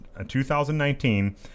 2019